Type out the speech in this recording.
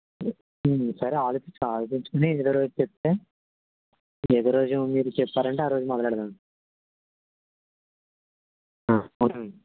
సరే ఆలోచించి ఆలోచించుకుని ఏదో రోజు చెప్తే ఏదో రోజు మీరు చెప్పారంటే ఆ రోజు మొదలెడదాం